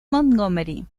montgomery